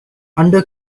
under